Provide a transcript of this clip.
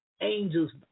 Angels